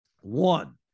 one